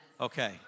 Okay